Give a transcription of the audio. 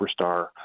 superstar